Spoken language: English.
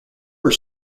are